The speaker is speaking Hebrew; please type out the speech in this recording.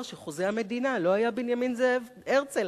שחוזה המדינה לא היה בנימין זאב הרצל,